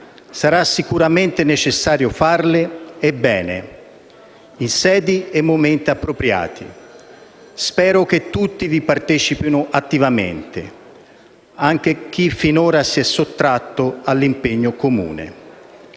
Sarà sicuramente necessario farle, e bene, in sedi e momenti appropriati. Spero che tutti vi partecipino attivamente, anche chi finora si è sottratto all'impegno comune.